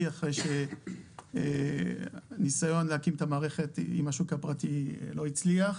אחרי שניסיון להקים את המערכת עם השוק הפרטי לא הצליח.